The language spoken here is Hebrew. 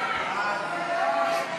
ההצעה להסיר